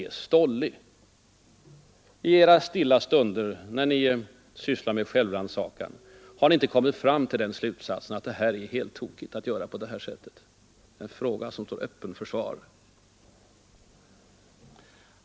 Har ni inte i era stilla stunder, när ni sysslar med självrannsakan, kommit fram till den slutsatsen att det är heltokigt att göra på detta sätt? — en fråga som står öppen för svar.